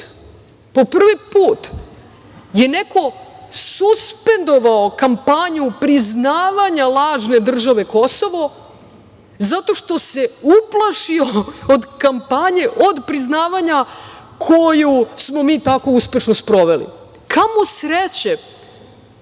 po prvi put je neko suspendovao kampanju priznavanja lažne države Kosovo zato što se uplašio od kampanje otpriznavanja koju smo mi tako uspešno sproveli? Kamo sreće